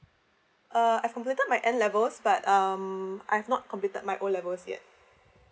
uh I've completed my N levels but um I've not completed my O levels yet